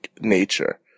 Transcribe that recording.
nature